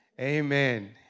amen